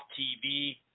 TV